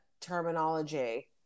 terminology